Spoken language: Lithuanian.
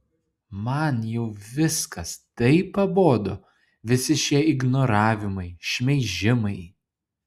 man jau viskas taip pabodo visi šie ignoravimai šmeižimai